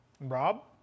Rob